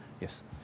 Yes